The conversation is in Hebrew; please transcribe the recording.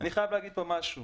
אני חייב להגיד פה משהו.